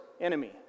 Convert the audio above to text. enemy